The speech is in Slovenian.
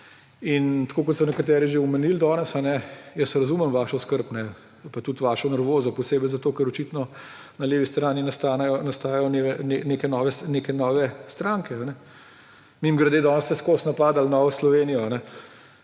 In tako kot so nekateri že omenili danes, jaz razumem vašo skrb pa tudi vašo nervozo, posebej zato, ker očitno na levi strani nastajajo neke nove stranke. Mimogrede, danes ste vseskozi napadali Novo Slovenijo.